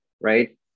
right